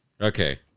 okay